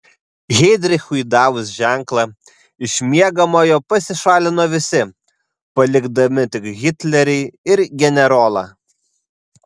heidrichui davus ženklą iš miegamojo pasišalino visi palikdami tik hitlerį ir generolą